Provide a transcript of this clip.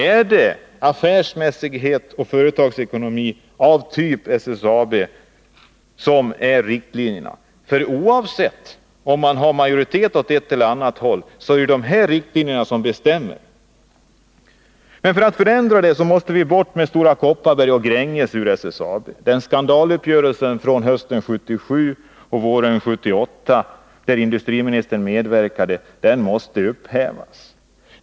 Är det affärsmässighet och företagsekonomi av typ SSAB som skall gälla som riktlinjer? Oavsett om man har majoritet av det ena eller det andra slaget är det ju de här riktlinjerna som bestämmer. För att få en förändring måste vi få bort Stora Kopparberg och Gränges ur SSAB. Skandaluppgörelsen från hösten 1977 och våren 1978, där industriministern medverkade, måste upphävas.